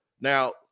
Now